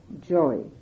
joy